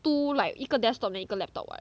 two like 一个 desktop then 一个 laptop [what]